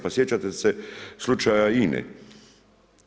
Pa sjećate se slučaje INA-e.